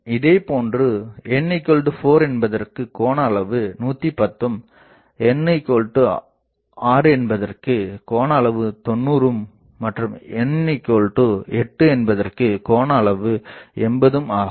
இதேபோன்று n4 என்பதற்குக் கோண அளவு 110 ம் n6 என்பதற்குக் கோண அளவு 90 மற்றும் n8 க்கு கோண அளவு 80 ஆகும்